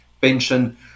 pension